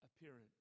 appearance